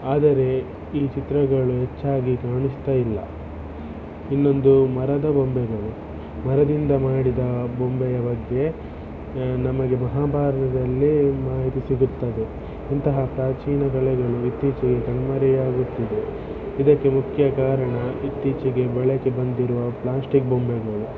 ಆದರೆ ಈ ಚಿತ್ರಗಳು ಹೆಚ್ಚಾಗಿ ಕಾಣಿಸ್ತಾಯಿಲ್ಲ ಇನ್ನೊಂದು ಮರದ ಬೊಂಬೆಗಳು ಮರದಿಂದ ಮಾಡಿದ ಬೊಂಬೆಯ ಬಗ್ಗೆ ನಮಗೆ ಮಹಾಭಾರತದಲ್ಲಿ ಮಾಹಿತಿ ಸಿಗುತ್ತದೆ ಇಂತಹ ಪ್ರಾಚೀನ ಕಲೆಗಳು ಇತ್ತೀಚೆಗೆ ಕಣ್ಮರೆಯಾಗುತ್ತಿದೆ ಇದಕ್ಕೆ ಮುಖ್ಯ ಕಾರಣ ಇತ್ತೀಚೆಗೆ ಬಳಕೆ ಬಂದಿರುವ ಪ್ಲಾಸ್ಟಿಕ್ ಬೊಂಬೆಗಳು